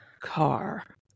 Car